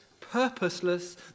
purposeless